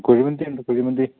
കുഴിമന്തി ഉണ്ടോ കുഴിമന്തി